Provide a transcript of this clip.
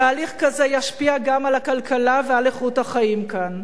תהליך כזה ישפיע גם על הכלכלה ועל איכות החיים כאן.